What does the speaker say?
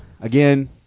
Again